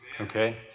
Okay